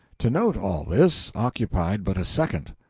to note all this, occupied but a second.